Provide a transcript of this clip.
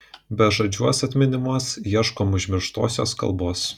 bežadžiuos atminimuos ieškom užmirštosios kalbos